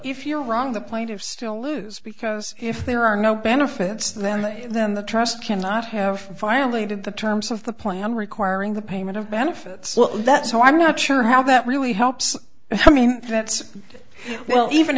if you're wrong the point of still lose because if there are no benefits then then the trust cannot have violated the terms of the plan requiring the payment of benefits that so i'm not sure how that really helps i mean that's well even